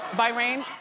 bahrain?